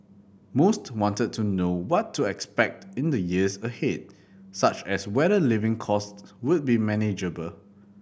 most wanted to know what to expect in the years ahead such as whether living costs would be manageable